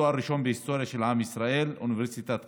תואר ראשון בהיסטוריה של עם ישראל מאוניברסיטת חיפה,